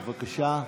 בבקשה.